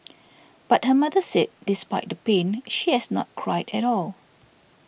but her mother said despite the pain she has not cried at all